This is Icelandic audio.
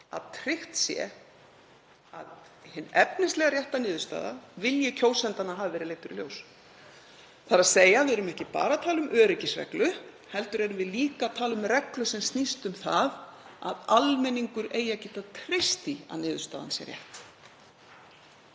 að tryggt sé að hin efnislega rétta niðurstaða, vilji kjósendanna, hafi verið leidd í ljós. Við erum ekki bara að tala um öryggisreglu heldur erum við líka að tala um reglu sem snýst um það að almenningur eigi að geta treyst því að niðurstaðan sé rétt.